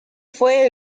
fue